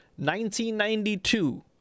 1992